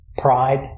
pride